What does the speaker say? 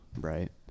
Right